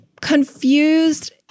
confused